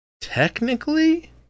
technically